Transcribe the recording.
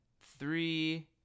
three